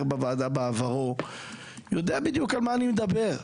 בוועדה בעברו יודע בדיוק על מה אני מדבר.